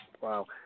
Wow